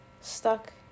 Stuck